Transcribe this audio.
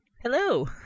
Hello